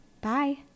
Bye